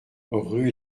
rue